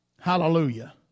Hallelujah